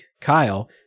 Kyle